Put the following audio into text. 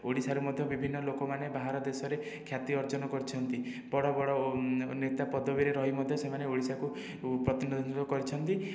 ଓଡ଼ିଶାରେ ମଧ୍ୟ ବିଭିନ୍ନ ଲୋକମାନେ ବାହାର ଦେଶରେ ଖ୍ୟାତି ଅର୍ଜନ କରିଛନ୍ତି ବଡ଼ ବଡ଼ ଓ ନେତା ପଦବୀରେ ରହି ମଧ୍ୟ ସେମାନେ ଓଡ଼ିଶାକୁ ପ୍ରତିନିଧିତ୍ୱ କରିଛନ୍ତି